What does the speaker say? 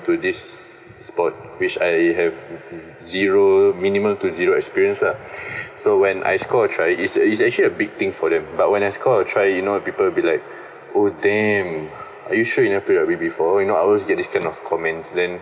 to this sport which I have zero minimal to zero experience lah so when I score a try is is actually a big thing for them but when I score a try you know people will be like oh damn are you sure you never play rugby before you know I always get these kind of comments then